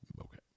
okay